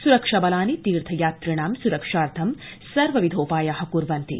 स्रक्षा बलानि तीर्थ यात्रिणां स्रक्षार्थ सर्वविधोपाया क्र्वन्ति